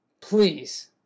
please